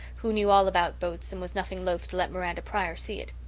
who knew all about boats and was nothing loth to let miranda pryor see it.